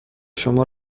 شما